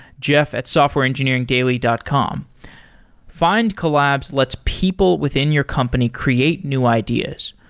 jeff at softwareengineeringdaily dot com findcollabs lets people within your company create new ideas.